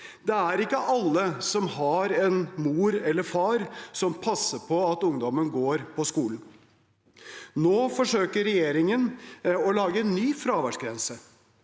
Det er ikke alle som har en mor eller far som passer på at ungdommen går på skolen. Nå forsøker regjeringen å lage en ny fraværsgrense.